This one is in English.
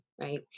right